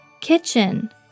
Kitchen